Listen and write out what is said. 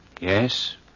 Yes